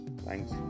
Thanks